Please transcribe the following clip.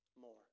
More